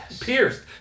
pierced